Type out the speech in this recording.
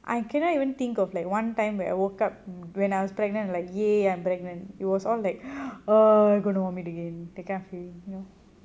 I cannot even think of like one time where I woke up when I was pregnant and I was like !yay! I'm pregnant it was all like uh I'm going to vomit again that kind of feeling you know